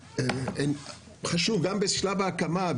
חשוב גם בשלב ההקמה,